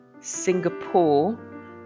Singapore